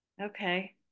Okay